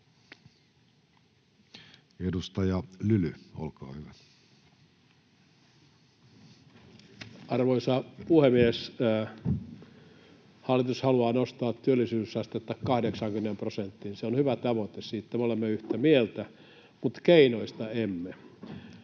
Edustaja Lyly, olkaa hyvä. Arvoisa puhemies! Hallitus haluaa nostaa työllisyysastetta 80 prosenttiin. Se on hyvä tavoite, siitä me olemme yhtä mieltä, mutta keinoista emme,